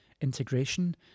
integration